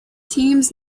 teams